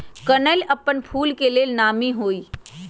कनइल अप्पन फूल के लेल नामी हइ